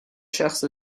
شخص